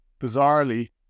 bizarrely